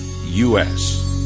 U-S